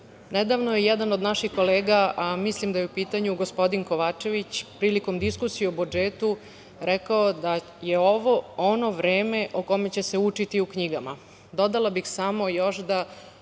nedavno je jedan od naših kolega, a mislim da je u pitanju gospodin Kovačević, prilikom diskusije o budžetu rekao da je ovo ono vreme o kome će se učiti u knjigama. Dodala bih samo još da